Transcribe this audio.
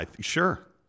sure